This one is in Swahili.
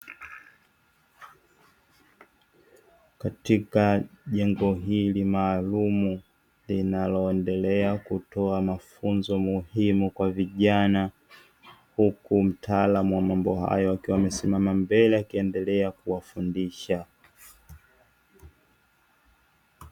Katika jengo hili maalumu, linaloendelea kutoa mafunzo muhimu kwa vijana, huku mtaalamu wa mambo hayo, akiwa amesimama mbele akiendelea kuwafundisha.